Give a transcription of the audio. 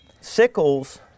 Sickles